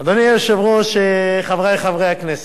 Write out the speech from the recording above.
אדוני היושב-ראש, חברי חברי הכנסת,